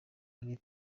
ari